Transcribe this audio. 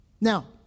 Now